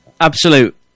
absolute